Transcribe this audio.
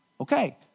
Okay